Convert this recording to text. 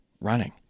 running